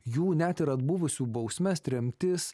jų net ir atbuvusių bausmes tremtis